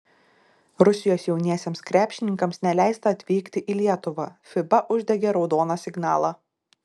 rusijos jauniesiems krepšininkams neleista atvykti į lietuvą fiba uždegė raudoną signalą